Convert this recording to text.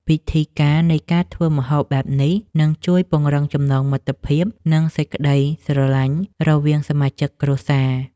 ពិធីការនៃការធ្វើម្ហូបបែបនេះនឹងជួយពង្រឹងចំណងមិត្តភាពនិង សេចក្តីស្រឡាញ់រវាងសមាជិកគ្រួសារ។